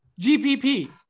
GPP